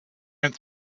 went